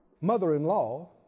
mother-in-law